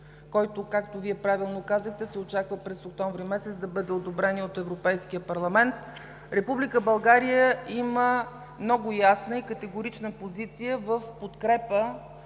който, както Вие правилно казахте, се очаква през октомври месец да бъде одобрен и от Европейския парламент, Република България има много ясна и категорична позиция в подкрепа